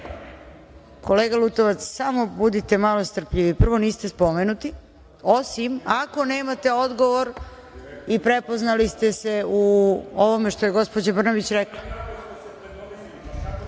Lutovac, samo budite malo strpljivi. Prvo, niste spomenuti, osim ako nemate odgovor i prepoznali ste se u ovome što je gospođa Brnabić